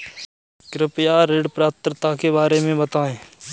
कृपया ऋण पात्रता के बारे में बताएँ?